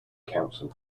council